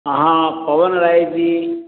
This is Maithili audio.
अहाँ पवन राय जी